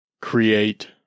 create